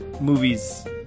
movies